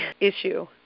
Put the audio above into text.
issue